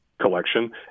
collection